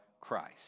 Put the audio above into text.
Christ